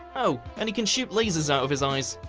oh, and he can shoot lasers out of his eyes.